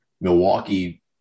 Milwaukee